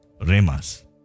remas